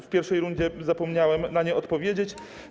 W pierwszej rundzie zapomniałem na nie odpowiedzieć.